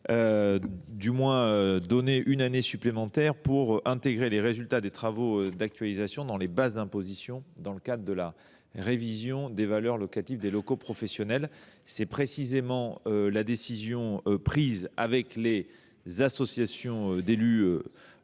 disposer d’une année supplémentaire pour intégrer les résultats des travaux d’actualisation dans les bases d’imposition dans le cadre de la révision des valeurs locatives des locaux professionnels. C’est précisément la décision qui a été prise en concertation